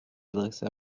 adresser